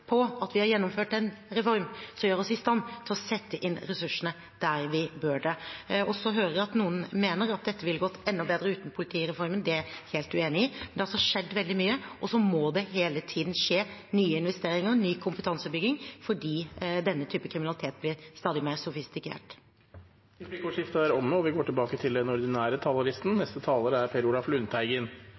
på at vi har gjennomført en reform som gjør oss i stand til å sette inn ressursene der vi bør gjøre det. Så hører jeg at noen mener at dette ville gått enda bedre uten politireformen. Det er jeg helt uenig i. Men det har altså skjedd veldig mye, og så må det hele tiden skje nye investeringer, ny kompetansebygging, fordi denne typen kriminalitet blir stadig mer sofistikert. Replikkordskiftet er omme.